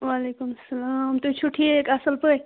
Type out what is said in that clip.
وعلیکُم اسلام تُہۍ چھِو ٹھیٖک اَصٕل پٲٹھۍ